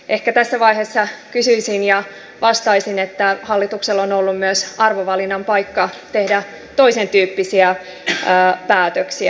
ehkä tässä vaiheessa vastaisin että hallituksella on ollut myös arvovalinnan paikka tehdä toisentyyppisiä päätöksiä